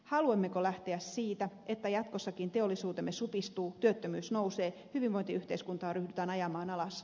haluammeko lähteä siitä että jatkossakin teollisuutemme supistuu työttömyys nousee hyvinvointiyhteiskuntaa ryhdytään ajamaan alas